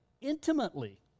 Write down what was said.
intimately